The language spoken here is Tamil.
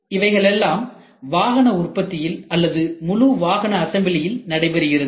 இவைகளெல்லாம் வாகன உற்பத்தியில் அல்லது முழு வாகனஅசம்பிளியில் நடைபெறுகிறது